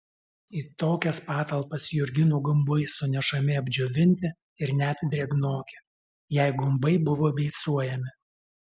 į tokias patalpas jurginų gumbai sunešami apdžiovinti ir net drėgnoki jei gumbai buvo beicuojami